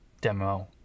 demo